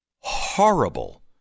horrible